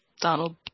Donald